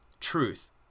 Truth